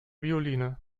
violine